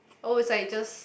oh it's like just